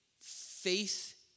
faith